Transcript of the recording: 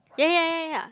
yeah yeah yeah yeah